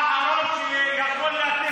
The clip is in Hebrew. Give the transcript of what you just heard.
אתה האחרון שיכול להטיף מוסר.